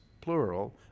plural